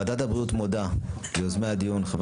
סיכום הדיון: 1. ועדת הבריאות מודה ליוזמי הדיון: חבר